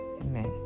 Amen